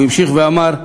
הוא המשיך ואמר,